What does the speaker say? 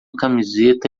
camiseta